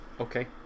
Okay